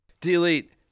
Delete